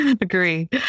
agree